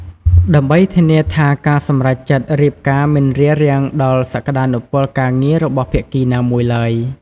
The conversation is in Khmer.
ដើម្បីធានាថាការសម្រេចចិត្តរៀបការមិនរារាំងដល់សក្តានុពលការងាររបស់ភាគីណាមួយឡើយ។